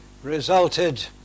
resulted